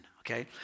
Okay